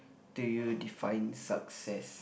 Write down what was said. do you define success